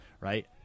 right